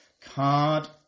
card